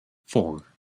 four